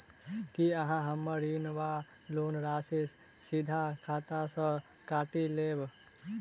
की अहाँ हम्मर ऋण वा लोन राशि सीधा खाता सँ काटि लेबऽ?